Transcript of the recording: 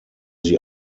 sie